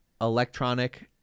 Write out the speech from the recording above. electronic